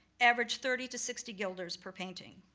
average thirty to sixty guilders per painting.